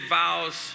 vows